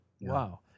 Wow